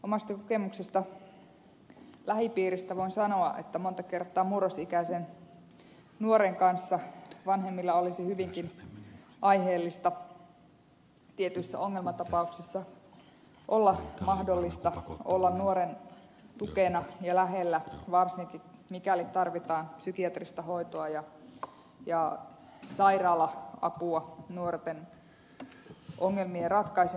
omasta kokemuksesta lähipiiristä voin sanoa että monta kertaa murrosikäisen nuoren kanssa olisi hyvinkin aiheellista tietyissä ongelmatapauksissa vanhemmille olla mahdollisuus olla nuoren tukena ja lähellä ja varsinkin mikäli tarvitaan psykiatrista hoitoa ja sairaala apua nuoren ongelmien ratkaisemiseksi